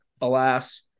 alas